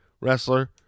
wrestler